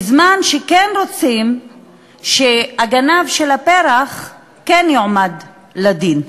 בזמן שרוצים שהגנב של הפרח כן יועמד לדין.